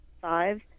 five